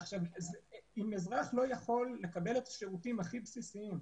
אם אזרח לא יכול לקבל את השירותים הכי בסיסיים,